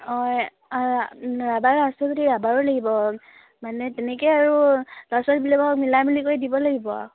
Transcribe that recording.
অঁ অঁ ৰাবাৰ আছো যদি ৰাবাৰো লাগিব মানে তেনেকৈয়ে আৰু ল'ৰা ছোৱালীবিলাকক মিলাই মেলি কৰি দিব লাগিব